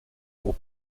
pour